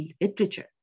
literature